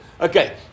Okay